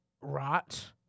rot